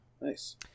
nice